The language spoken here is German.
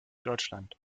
deutschland